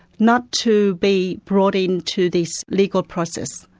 not to be brought in to this legal process.